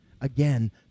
again